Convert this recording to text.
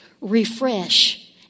refresh